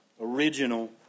original